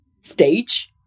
stage